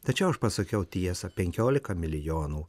tačiau aš pasakiau tiesą penkiolika milijonų